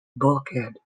bulkhead